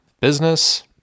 business